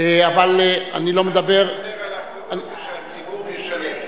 ושהציבור ישלם.